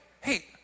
hey